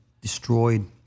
destroyed